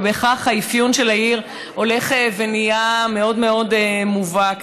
ובכך האפיון של העיר הולך ונהיה מאוד מאוד מובהק.